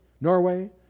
Norway